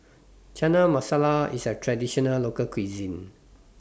Chana Masala IS A Traditional Local Cuisine